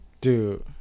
Dude